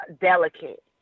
delicate